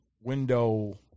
window